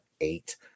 eight